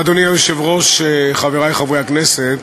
אדוני היושב-ראש, חברי חברי הכנסת,